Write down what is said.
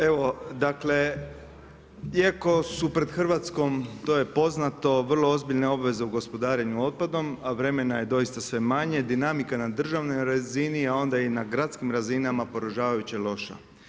Evo iako su pred Hrvatskom, to je poznato vrlo ozbiljne obveze u gospodarenju otpadom, a vremena je doista sve manje, dinamika na državnoj razini onda i na gradskim razinama je poražavajuće loša.